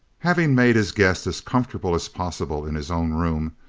having made his guest as comfortable as possible in his own room,